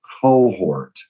cohort